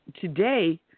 today